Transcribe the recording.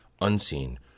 unseen